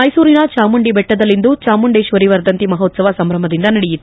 ಮೈಸೂರಿನ ಚಾಮುಂಡಿ ಬೆಟ್ಟದಲ್ಲಿಂದು ಚಾಮುಂಡೇಶ್ವರಿ ವರ್ಧಂತಿ ಮಹೋತ್ಸವ ಸಂಭ್ರಮದಿಂದ ನಡೆಯಿತು